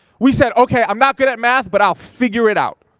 we said okay, i'm not good at math but i'll figure it out.